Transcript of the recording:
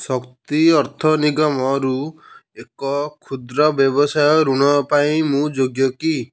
ଶକ୍ତି ଅର୍ଥ ନିଗମରୁ ଏକ କ୍ଷୁଦ୍ର ବ୍ୟବସାୟ ଋଣ ପାଇଁ ମୁଁ ଯୋଗ୍ୟ କି